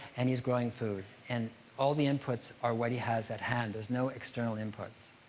and he's growing food, and all the inputs are what he has at hand. there's no external inputs.